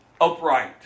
upright